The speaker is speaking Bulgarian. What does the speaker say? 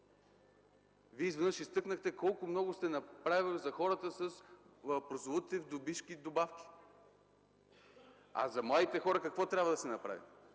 Вие изведнъж изтъкнахте колко много сте направили за хората с прословутите вдовишки добавки. А за младите хора какво трябва да се направи?